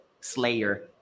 slayer